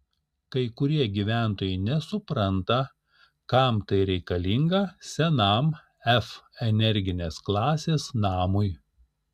kai kurie gyventojai nesupranta kam tai reikalinga senam f energinės klasės namui